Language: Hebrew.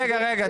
רגע,